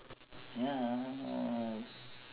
ya